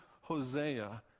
Hosea